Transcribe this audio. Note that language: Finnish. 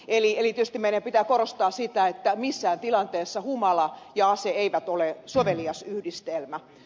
eli tietysti meidän pitää korostaa sitä että missään tilanteessa humala ja ase eivät ole sovelias yhdistelmä